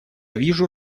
вижу